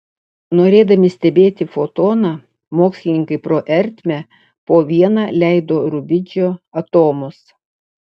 norėdami stebėti fotoną mokslininkai pro ertmę po vieną leido rubidžio atomus